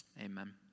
amen